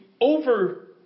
over